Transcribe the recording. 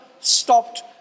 stopped